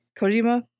kojima